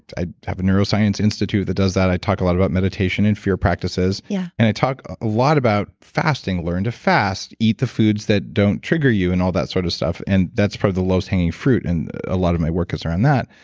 i have a neuroscience institute that does that. i talk a lot about mediation and fear practices. yeah. and i talk a lot about fasting. learn to fast, eat the foods that don't trigger you, and all that sort of stuff. and that's probably the lowest hanging fruit and a lot of my work is around that.